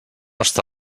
està